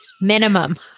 minimum